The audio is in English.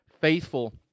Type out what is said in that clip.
faithful